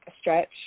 stretch